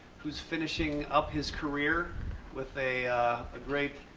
who's finishing up his career with a great